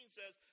says